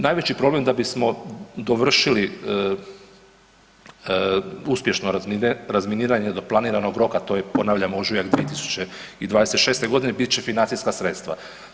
Najveći problem da bismo dovršili uspješno razminiranje do planiranog roka to je ponavljam ožujak 2026. godine, bit će financijska sredstva.